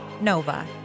Nova